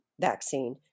vaccine